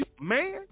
man